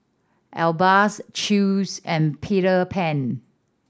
Alba Chew's and Peter Pan